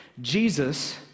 Jesus